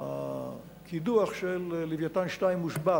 הקידוח של "לווייתן 2" הושבת,